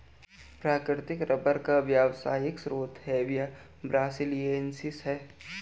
प्राकृतिक रबर का व्यावसायिक स्रोत हेविया ब्रासिलिएन्सिस है